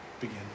begin